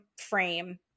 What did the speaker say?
frame